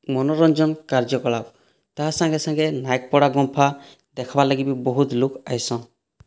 ମନୋରଞ୍ଜନ୍ କାର୍ଯକଳାପ ତା ସାଙ୍ଗେସାଙ୍ଗେ ନାଏକ୍ପଡ଼ା ଗୁମ୍ଫା ଦେଖ୍ବାର୍ ଲାଗି ବି ବହୁତ୍ ଲୋକ୍ ଆଏସନ୍